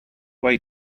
way